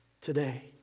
today